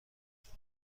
کرد